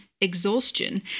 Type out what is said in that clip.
exhaustion